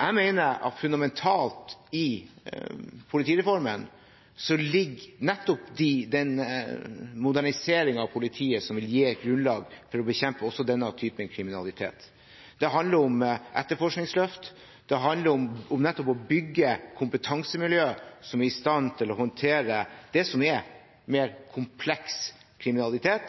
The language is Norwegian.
Jeg mener at fundamentalt i politireformen ligger nettopp den moderniseringen av politiet som vil gi et grunnlag for å bekjempe også denne typen kriminalitet. Det handler om etterforskningsløft, og det handler om nettopp å bygge kompetansemiljø som er i stand til å håndtere det som er mer kompleks kriminalitet,